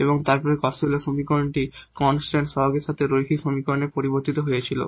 এবং তারপর Cauchy Euler সমীকরণটি কনস্ট্যান্ট কোইফিসিয়েন্টের সাথে লিনিয়ার সমীকরণে পরিবর্তিত হয়েছিল